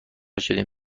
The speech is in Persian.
شدیم